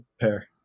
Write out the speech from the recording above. pair